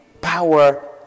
power